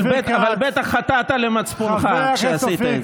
אבל בטח חטאת למצפונך כשעשית את זה.